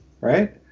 right